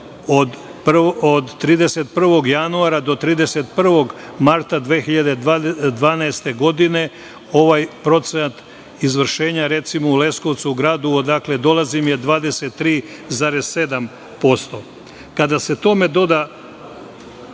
od 31. januara do 31. marta 2012. godine, ovaj procenat izvršenja, recimo u Leskovcu u gradu, odakle dolazim je 23,7%.Kada se tome doda